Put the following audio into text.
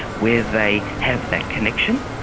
where they have that connection.